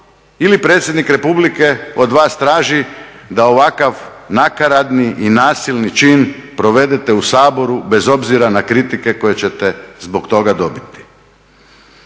ili predsjednik Republike od vas traži da ovakav nakaradni i nasilni čin provedete u Saboru bez obzira na kritike koje ćete zbog toga dobiti.